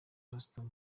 pastor